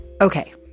Okay